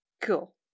Cool